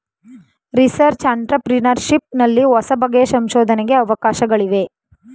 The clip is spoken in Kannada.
ರಿಸರ್ಚ್ ಅಂಟ್ರಪ್ರಿನರ್ಶಿಪ್ ನಲ್ಲಿ ಹೊಸಬಗೆಯ ಸಂಶೋಧನೆಗೆ ಅವಕಾಶಗಳಿವೆ